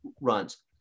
runs